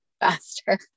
faster